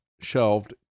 shelved